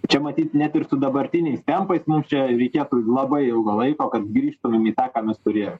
čia matyt net ir su dabartiniais tempais mums čia reikėtų labai ilgo laiko kad grįžtumėm į tą ką mes turėjom